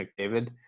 McDavid